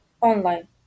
online